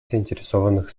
заинтересованных